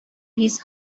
his